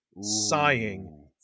sighing